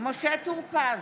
משה טור פז,